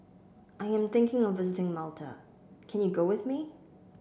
I am thinking of visiting Malta can you go with me